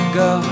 go